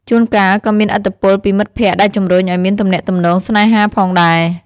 ជួនកាលក៏មានឥទ្ធិពលពីមិត្តភក្តិដែលជម្រុញឲ្យមានទំនាក់ទំនងស្នេហាផងដែរ។